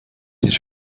هیچ